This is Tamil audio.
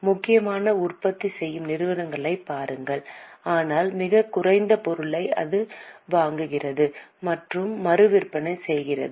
முக்கியமாக உற்பத்தி செய்யும் நிறுவனங்களைப் பாருங்கள் ஆனால் மிகக் குறைந்த பொருளை அது வாங்குகிறது மற்றும் மறு விற்பனை செய்கிறது